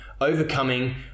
overcoming